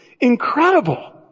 incredible